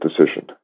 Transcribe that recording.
decision